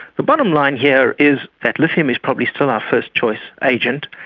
the bottom line here is that lithium is probably still our first-choice agent,